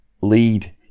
lead